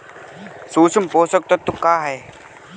सूक्ष्म पोषक तत्व का ह?